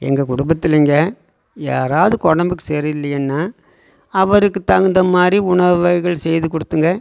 எங்கள் குடும்பத்திலேங்க யாராவது உடம்புக்கு சரியில்லைன்னா அவருக்கு தகுந்தமாதிரி உணவு வகைகள் செய்து கொடுத்துங்க